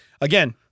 Again